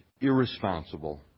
irresponsible